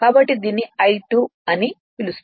కాబట్టి దీన్ని I2 'అని పిలుస్తారు